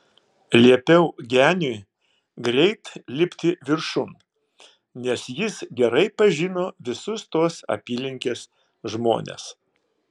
liepiau geniui greit lipti viršun nes jis gerai pažino visus tos apylinkės žmones